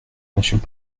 monsieur